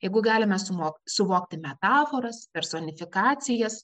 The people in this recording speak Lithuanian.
jeigu galime sumog suvokti metaforas personifikacijas